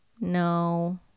no